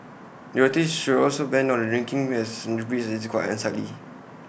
the authorities should also ban drinking the bridge as it's quite unsightly